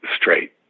straight